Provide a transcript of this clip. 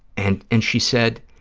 and and she said,